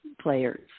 players